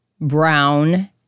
brown